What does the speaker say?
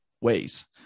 ways